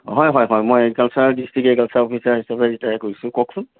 হয় হয় হয় মই এগ্ৰিকালচাৰ ডিষ্ট্ৰিক এগ্ৰিকালচাৰ অফিচাৰ হিচাপে ৰিটায়াৰ কৰিছোঁ কওকচোন